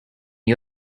you